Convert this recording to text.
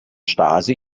stasi